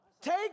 Take